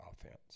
offense